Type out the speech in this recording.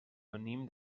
venim